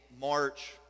March